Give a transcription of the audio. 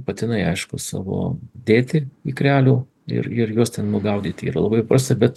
patinai aišku savo tėtį ikrelių ir juos ten nugaudyti yra labai bet